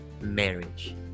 marriage